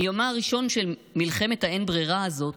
מיומה הראשון של מלחמת האין-ברירה הזאת